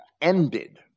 ended